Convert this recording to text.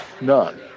None